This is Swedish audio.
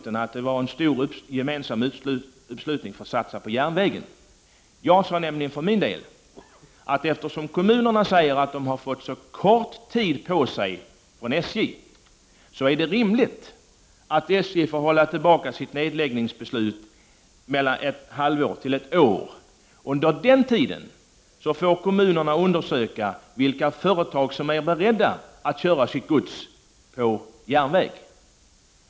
Hon sade att det var en stor uppslutning kring att man skulle satsa på järnvägen. Jag för min del sade att det är rimligt att SJ håller tillbaka sitt nedläggningsbeslut under en period, ett halvår eller ett år, eftersom kommunerna menar att de har fått så kort tid på sig. Under den tiden får kommunerna undersöka vilka företag som är beredda att köra sitt gods på järnväg.